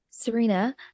Serena